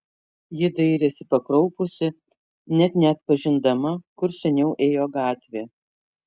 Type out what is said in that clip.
ji dairėsi pakraupusi net neatpažindama kur seniau ėjo gatvė